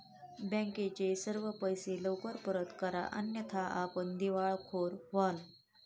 बँकेचे सर्व पैसे लवकर परत करा अन्यथा आपण दिवाळखोर व्हाल